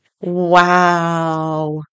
Wow